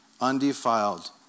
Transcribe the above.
undefiled